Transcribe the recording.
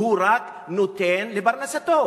הוא רק נותן לפרנסתו.